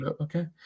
okay